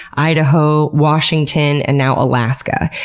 idaho, washington and now alaska.